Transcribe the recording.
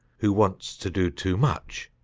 who wants to do too much,